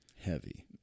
heavy